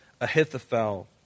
Ahithophel